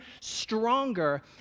stronger